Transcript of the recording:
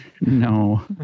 No